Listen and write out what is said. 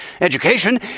education